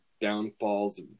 downfalls